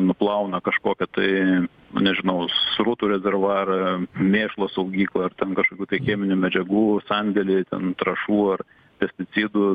nuplauna kažkokią tai nežinau srutų rezervuarą mėšlo saugyklą ar ten kažkokių tai cheminių medžiagų sandėlį ten trąšų ar pesticidų